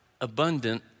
abundant